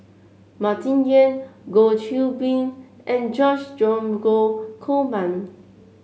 Martin Yan Goh Qiu Bin and George Dromgold Coleman